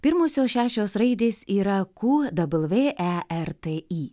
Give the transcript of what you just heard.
pirmosios šešios raidės yra ku dabl vė e r t i